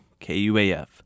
KUAF